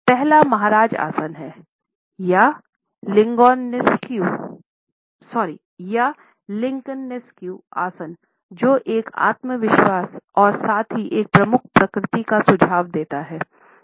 पहला महाराजा आसन है या लिंकल्नेस्कूय आसन जो एक आत्मविश्वास और साथ ही एक प्रमुख प्रकृति का सुझाव देता है